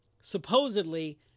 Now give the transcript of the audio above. supposedly